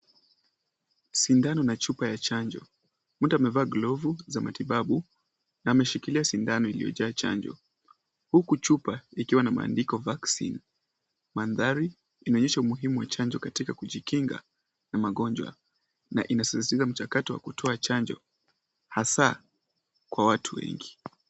Sindano na chupa ya chanjo. Mtu amevaa glovu za matibabu na ameshikilia sindano iliyojaa chanjo huku chupa ikiwa na maandiko vaccine . Mandhari inaonyesha umuhimu wa chanjo katika kujikinga na magonjwa na inasisitiza mchakato wa kutoa chanjo hasa kwa watu wengi.